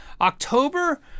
October